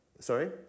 Sorry